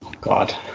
God